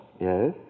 Yes